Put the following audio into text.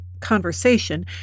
conversation